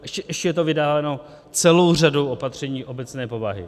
Ještě je to vydáváno celou řadou opatření obecné povahy.